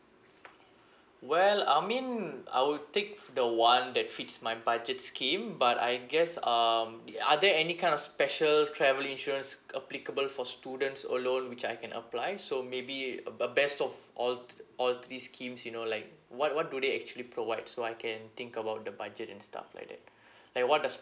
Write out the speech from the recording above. well I mean I will take the one that fits my budget scheme but I guess um the are there any kind of special travel insurance applicable for students alone which I can apply so maybe uh a best of all to the all three schemes you know like what what do they actually provides so I can think about the budget and stuff like that like what does